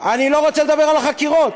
אני לא רוצה לדבר על החקירות,